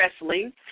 wrestling